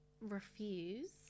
refuse